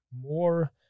more